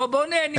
בוא נמצא פתרון.